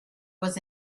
was